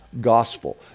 gospel